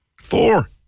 Four